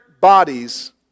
bodies